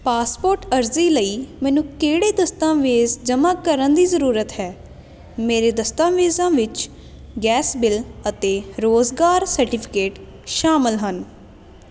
passport ਅਰਜ਼ੀ ਲਈ ਮੈਨੂੰ ਕਿਹੜੇ ਦਸਤਾਵੇਜ਼ ਜਮ੍ਹਾਂ ਕਰਨ ਦੀ ਜ਼ਰੂਰਤ ਹੈ ਮੇਰੇ ਦਸਤਾਵੇਜ਼ਾਂ ਵਿੱਚ ਗੈਸ ਬਿੱਲ ਅਤੇ ਰੁਜ਼ਗਾਰ ਸਰਟੀਫਿਕੇਟ ਸ਼ਾਮਲ ਹਨ